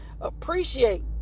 Appreciate